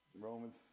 Romans